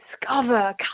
discover